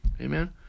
Amen